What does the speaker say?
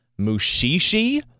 Mushishi